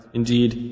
indeed